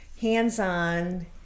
hands-on